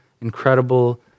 incredible